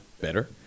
better